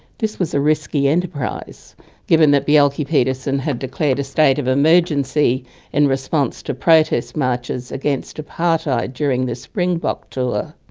this was a risky enterprise given that bjelke-petersen had declared a state of emergency in response to protest marches against apartheid during the springbok tour.